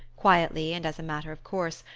quietly and as a matter of course,